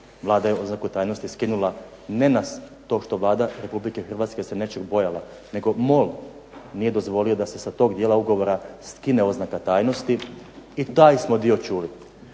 Vlada je oznaku tajnosti skinula ne nas to što Vlada Republike Hrvatske se nečeg bojala nego MOL nije dozvolio da se sa tog dijela ugovora skine oznaka tajnosti i taj smo dio čuli.